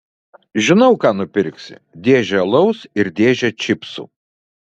žinau ką nupirksi dėžę alaus ir dėžę čipsų